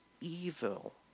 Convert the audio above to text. evil